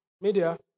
Media